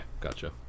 gotcha